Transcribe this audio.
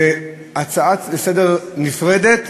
זו הצעה נפרד לסדר-היום,